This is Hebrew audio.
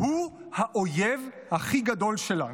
הוא האויב הכי גדול שלנו,